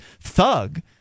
thug